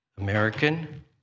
American